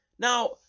Now